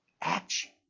Action